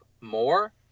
more